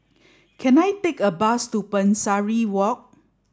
can I take a bus to Pesari Walk